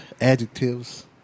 adjectives